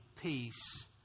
peace